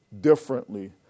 differently